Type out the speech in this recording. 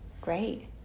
great